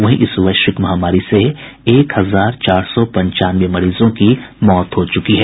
वहीं इस वैश्विक महामारी से एक हजार चार सौ पंचानवे मरीजों की मौत हो चुकी है